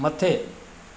मथे